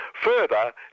Further